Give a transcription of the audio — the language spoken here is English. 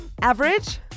average